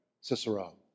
Cicero